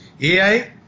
AI